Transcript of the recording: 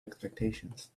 expectations